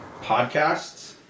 podcasts